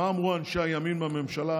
מה אמרו אנשי הימין בממשלה?